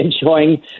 enjoying